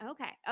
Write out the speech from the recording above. Okay